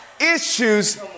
issues